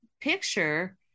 picture